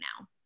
now